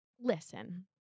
listen